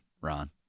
Ron